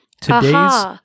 today's-